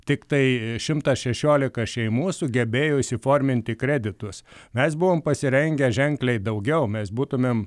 tiktai šimtas šešiolika šeimų sugebėjo įsiforminti kreditus mes buvom pasirengę ženkliai daugiau mes būtumėm